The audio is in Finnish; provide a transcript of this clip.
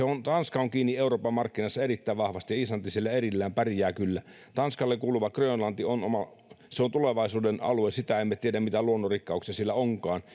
on kiinni euroopan markkinassa erittäin vahvasti ja islanti siellä erillään pärjää kyllä tanskalle kuuluva grönlanti on tulevaisuuden alue sitä emme tiedä mitä luonnonrikkauksia siellä onkaan